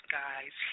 guys